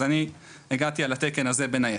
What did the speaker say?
אז אני הגעתי על התקן הזה בין היתר.